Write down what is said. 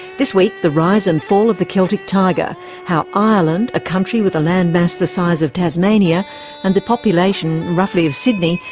this week, the rise and fall of the celtic tiger how ireland, a country with a land mass the size of tasmania and the population roughly of sydney,